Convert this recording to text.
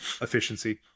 efficiency